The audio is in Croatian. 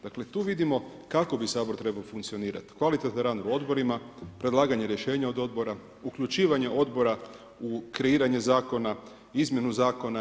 Dakle, tu vidimo kako bi Sabor trebao funkcionirati, kvalitetan rang u odborima, predlaganje rješenja od odbora, uključivanje odbora u kreiranju zakona, izmjenu zakona.